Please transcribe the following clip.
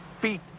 feet